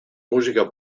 musica